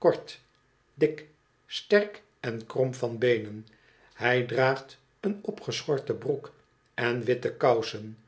kort dik stork en krom van beenen hij draagt oen opgeschorte broek en witte kousen